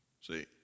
See